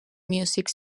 music